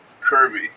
Kirby